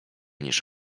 niż